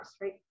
right